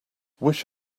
wish